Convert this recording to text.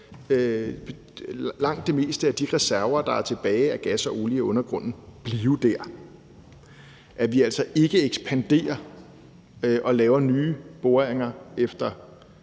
langt størstedelen af de reserver, der er tilbage af gas og olie i undergrunden, blive dér; sådan at vi altså ikke ekspanderer og laver nye boringer efter